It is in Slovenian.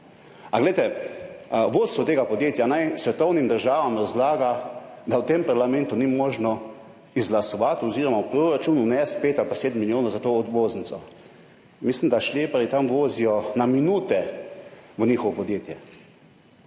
a glejte, vodstvo tega podjetja naj svetovnim državam razlaga, da v tem parlamentu ni možno izglasovati oziroma v proračun vnesti pet ali pa sedem milijonov za to obvoznico. Mislim, da šleparji tam vozijo na minute v njihovo podjetje.